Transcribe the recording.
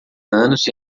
anos